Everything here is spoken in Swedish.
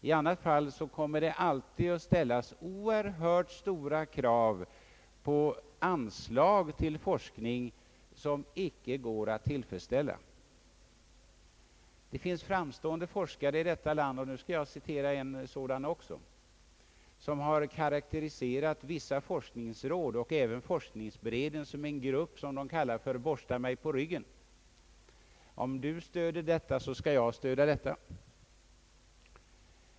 I annat fall kommer det alltid att ställas synnerligen stora krav på anslag till forskning, krav vilka icke går att tillfredsställa. Det finns andra framstående forskare i detta land, och jag skall också citera en sådan, som har karakteriserat vissa forskningsråd och även forskningsberedningen som en grupp som kan kallas >Borsta mig på ryggen» — om du stöder detta, skall jag stödja detta!